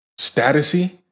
statusy